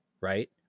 right